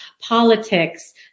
Politics